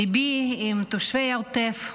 ליבי עם תושבי העוטף,